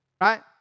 Right